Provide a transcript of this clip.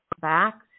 back